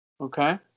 Okay